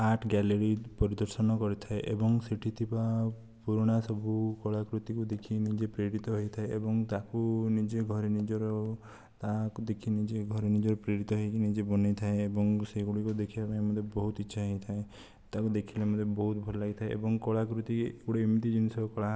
art gallery ପରିଦର୍ଶନ କରିଥାଏ ଏବଂ ସେଇଠି ଥିବା ପୁରୁଣା ସବୁ କଳାକୃତିକୁ ଦେଖି ନିଜେ ପ୍ରେରିତ ହୋଇଥାଏ ଏବଂ ତାକୁ ନିଜେ ଘରେ ନିଜର ତାହାକୁ ଦେଖି ନିଜେ ଘରେ ନିଜର ପ୍ରେରିତ ହୋଇକି ନିଜେ ବନେଇଥାଏ ଏବଂ ସେଗୁଡ଼ିକ ଦେଖିବା ପାଇଁ ମୋତେ ବହୁତ ଇଛା ହୋଇଥାଏ ତାକୁ ଦେଖିଲେ ମୋତେ ବହୁତ ଭଲ ଲାଗିଥାଏ ଏବଂ କଳାକୃତି ଗୋଟିଏ ଏମିତି ଜିନିଷ